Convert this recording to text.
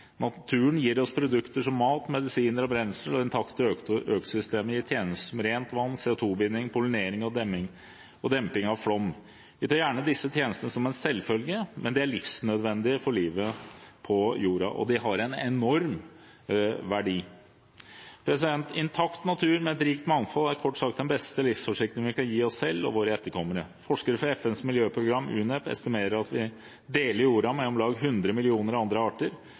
Naturen gir oss produkter som mat, medisiner og brensel og økosystemet gir tjenester som rent vann, CO2-binding, pollinering og demping av flom. Vi tar gjerne disse tjenestene som en selvfølge, men de er livsnødvendige for livet på jorda, og de har en enorm verdi. Intakt natur med et rikt mangfold er kort sagt den beste livsforsikringen vi kan gi oss selv og våre etterkommere. Forskere fra FNs miljøprogram – UNEP – estimerer at vi deler jorda med om lag 100 millioner andre arter.